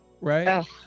Right